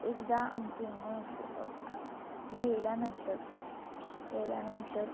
एकदा आमची म्हस व्हिल्यानंतर व्हिल्यानंतर